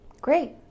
Great